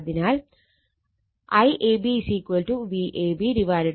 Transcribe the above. അതിനാൽ IAB VAB ZΔ